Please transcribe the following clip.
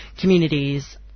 communities